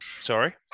Sorry